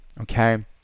Okay